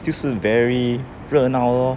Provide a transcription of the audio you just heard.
就是 very 热闹 lor